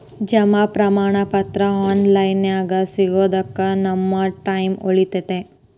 ಜಮಾ ಪ್ರಮಾಣ ಪತ್ರ ಆನ್ ಲೈನ್ ನ್ಯಾಗ ಸಿಗೊದಕ್ಕ ನಮ್ಮ ಟೈಮ್ ಉಳಿತೆತಿ